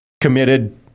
committed